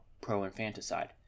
pro-infanticide